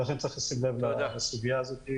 ולכן צריך לשים לב לסוגיה הזאת.